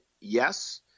Yes